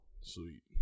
Sweet